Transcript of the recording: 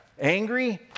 Angry